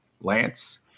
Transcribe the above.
Lance